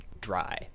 dry